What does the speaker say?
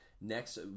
next